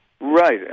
Right